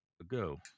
ago